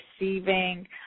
receiving